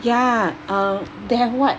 yeah they have what